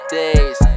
days